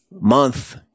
month